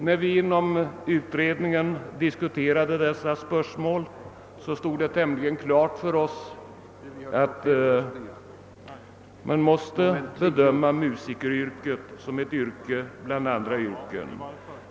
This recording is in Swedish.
När vi inom utredningen diskuterade dessa spörsmål stod det tämligen klart för oss att man måste bedöma musikeryrket som ett yrke bland andra yrken.